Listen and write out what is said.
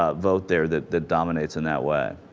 ah vote there that that dominates in that way